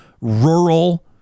rural